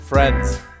Friends